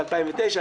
2009,